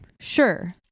sure